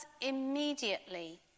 immediately